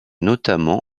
notamment